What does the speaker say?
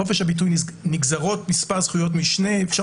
מחופש הביטוי נגזרות מספר זכויות משנה אפשר